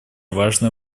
важное